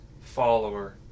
follower